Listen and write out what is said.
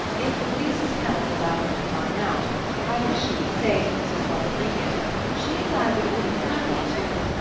if louisa's health allowed her to dine out i wish you would say to mrs. lovell mingott she and i would have been happy to